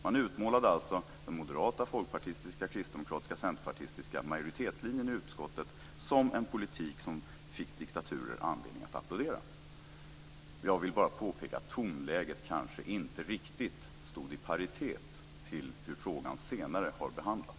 Hon utmålade alltså den moderata, folkpartistiska, kristdemokratiska och centerpartistiska majoritetslinjen i utskottet som en politik som gav diktaturer anledning att applådera. Jag vill bara påpeka att tonläget kanske inte riktigt stod i paritet till hur frågan senare har behandlats.